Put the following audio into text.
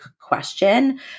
question